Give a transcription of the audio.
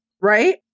Right